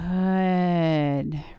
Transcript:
Good